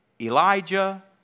Elijah